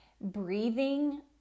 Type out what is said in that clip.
breathing